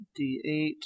D8